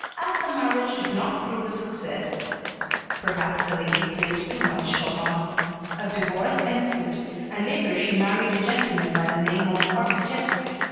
as the marriage did not prove a success perhaps the lady played too much chopin a divorce ensued and later she married a gentleman by the name of orpiszewski.